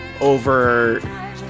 over